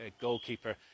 goalkeeper